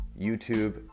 YouTube